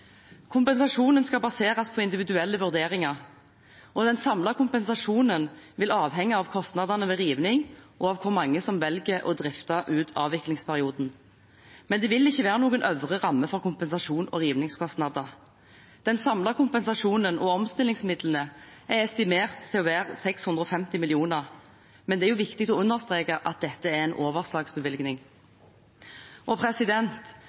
Kompensasjonen skal baseres på individuelle vurderinger. Den samlede kompensasjonen vil avhenge av kostnadene ved rivning og av hvor mange som velger å drifte ut avviklingsperioden, men det vil ikke være noen øvre ramme for kompensasjon og rivningskostnader. Den samlede kompensasjonen og omstillingsmidlene er estimert til å være på 650 mill. kr, men det er viktig å understreke at dette er en overslagsbevilgning.